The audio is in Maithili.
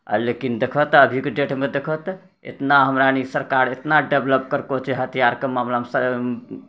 लेकिन देखहक तऽ अभीके डेटमे देखहक तऽ एतना हमराएनी सरकार एतना डेवलप करको छै हथियारके मामलामे